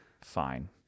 Fine